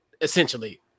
essentially